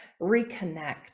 reconnect